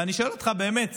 ואני שואל אותך, באמת,